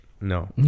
no